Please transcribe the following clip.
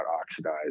oxidized